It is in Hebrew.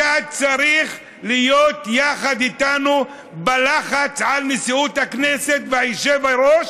אתה צריך להיות יחד איתנו בלחץ על נשיאות הכנסת והיושב-ראש